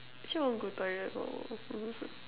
actually I want to go toilet